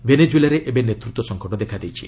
ଭେନେଜୁଏଲାରେ ଏବେ ନେତୃତ୍ୱ ସଂକଟ ଦେଖାଦେଇଛି